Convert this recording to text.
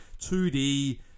2D